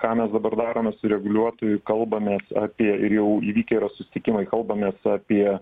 ką mes dabar darome su reguliuotoju kalbamės apie ir jau įvykę yra susitikimai kalbamės apie